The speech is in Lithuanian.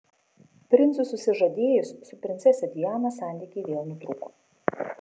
princui susižadėjus su princese diana santykiai vėl nutrūko